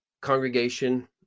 congregation